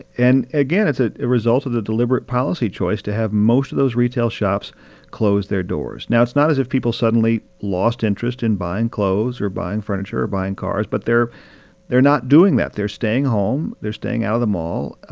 and again, it's a ah result of the deliberate policy choice to have most of those retail shops close their doors. now, it's not as if people suddenly lost interest in buying clothes or buying furniture or buying cars. but they're they're not doing that. they're staying home. they're staying out of the mall.